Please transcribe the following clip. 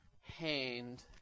hand